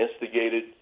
instigated